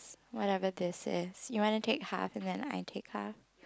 whatever this is you want to take half and then I take half